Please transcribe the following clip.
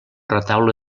retaule